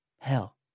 Hell